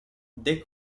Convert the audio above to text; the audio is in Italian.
the